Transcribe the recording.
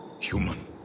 Human